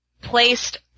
placed